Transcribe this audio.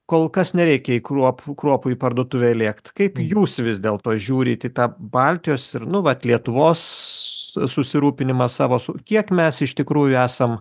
kol kas nereikia į kruopų kruopų į parduotuvę lėkt kaip jūs vis dėlto žiūrit į tą baltijos ir nu vat lietuvos susirūpinimą savo su kiek mes iš tikrųjų esam